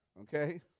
okay